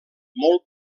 molt